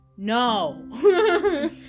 No